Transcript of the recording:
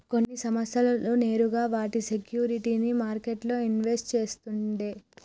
కొన్ని సంస్థలు నేరుగా వాటి సేక్యురిటీస్ ని మార్కెట్లల్ల ఇన్వెస్ట్ చేస్తుండే